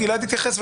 גלעד התייחס,